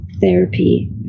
therapy